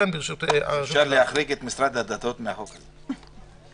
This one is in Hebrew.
אפשר להחריג את משרד הדתות מהחוק הזה...